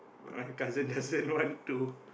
My cousin doesn't want to